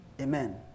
Amen